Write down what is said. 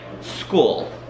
school